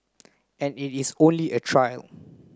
and it is only a trial